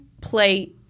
play